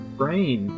brain